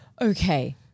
Okay